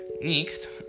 Next